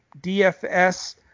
DFS